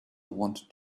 wanted